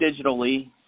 digitally